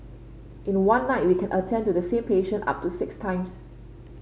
in one night we can attend to the same patient up to six times